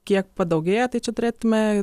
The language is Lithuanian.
kiek padaugėja tai čia turėtume